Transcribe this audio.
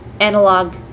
analog